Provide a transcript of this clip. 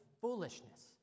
foolishness